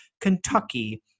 Kentucky